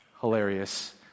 Hilarious